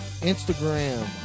Instagram